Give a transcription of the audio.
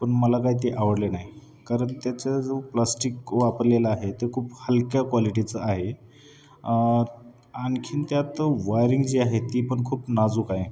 पण मला काय ते आवडलं नाही कारण त्याचा जो प्लास्टिक वापरलेला आहे तो खूप हलक्या क्वालिटीचं आहे आणखी त्यात वायरिंग जी आहे ती पण खूप नाजूक आहे